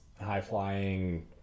high-flying